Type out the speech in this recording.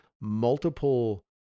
multiple